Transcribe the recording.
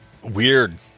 Weird